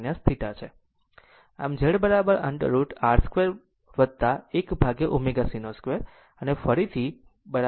Z √ over R 2 1 ભાગ્યા ω c 2